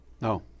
No